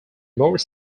more